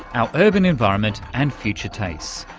our urban environment and future tastes.